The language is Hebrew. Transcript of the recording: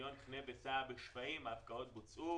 בחניון חנה וסע בשפיים ההפקעות בוצעו